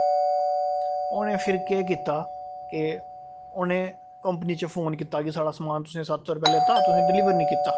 उ'नें फिर केह् कीता कि उ'नें कम्पनी च फोन कीता कि साढ़ा समान तुसें सत्त सौ रपेआ लैता ते तुसें डिलीवर निं कीता